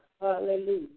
Hallelujah